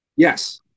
Yes